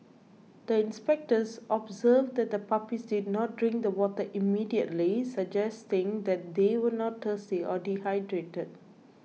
the inspectors observed that the puppies did not drink the water immediately suggesting that they were not thirsty or dehydrated